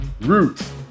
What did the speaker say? Root